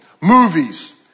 movies